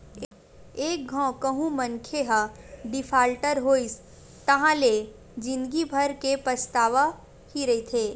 एक घांव कहूँ मनखे ह डिफाल्टर होइस ताहाँले ले जिंदगी भर के पछतावा ही रहिथे